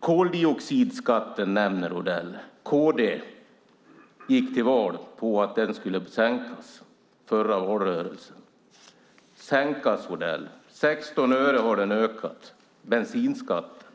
Koldioxidskatten nämner Odell. Kd gick till val i förra valrörelsen på att den skulle sänkas. 16 öre har bensinskatten ökat.